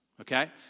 Okay